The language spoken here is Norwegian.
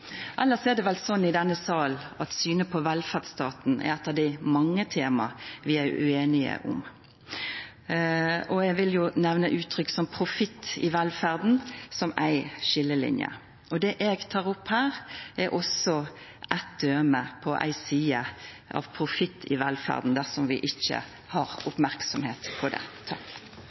er det vel sånn i denne salen at synet på velferdsstaten er eitt av dei mange temaa vi er ueinige om. Eg vil nemna uttrykk som «profitt i velferda» som ei skiljelinje. Det eg tek opp her, er også eitt døme på ei side av profitt i velferda dersom vi ikkje har merksemda på det.